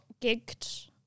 gigged